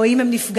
או אם הם נפגעים,